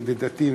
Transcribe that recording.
ידידתי,